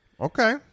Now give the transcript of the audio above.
Okay